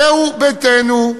זה ביתנו.